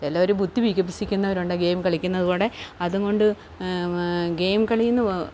ചിലർ ബുദ്ധി വികസിപ്പിക്കുന്നവരുണ്ട് ഗെയിം കളിക്കുന്നതിലൂടെ അതും കൊണ്ട് ഗെയിം കളി എന്ന്